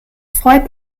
freut